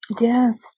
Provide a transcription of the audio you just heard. yes